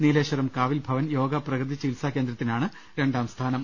നീലേശ്വരം കാവിൽഭവൻ യോഗ പ്രകൃതി ചികിത്സാ കേന്ദ്രത്തിനാണ് രണ്ടാം സ്ഥാനം